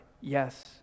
yes